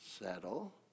settle